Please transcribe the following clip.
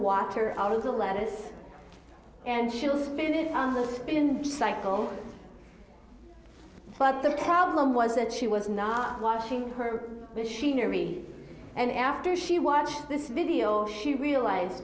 water out of the lettuce and she'll spend it on the spin cycle but the problem was that she was now washing her machinery and after she watched this video she realized